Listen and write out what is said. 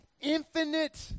infinite